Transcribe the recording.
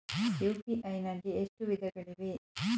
UPI ನಲ್ಲಿ ಎಷ್ಟು ವಿಧಗಳಿವೆ?